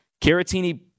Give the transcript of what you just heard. Caratini